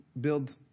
build